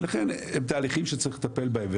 ולכן אלו תהליכים שצריך לטפל בהם.